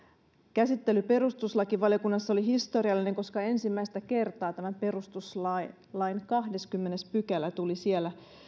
käsittely perustuslakivaliokunnassa oli historiallinen koska ensimmäistä kertaa tämä perustuslain kahdeskymmenes pykälä tuli siellä